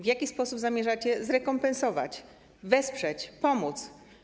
W jaki sposób zamierzacie to zrekompensować, wesprzeć, pomóc?